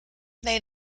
they